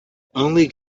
only